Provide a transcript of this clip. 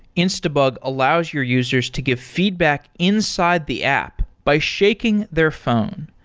instabug allows your users to give feedback inside the app by shaking their phone.